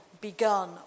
begun